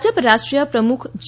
ભાજપ રાષ્ટ્રીય પ્રમુખ જે